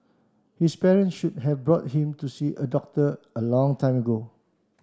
his parents should have brought him to see a doctor a long time ago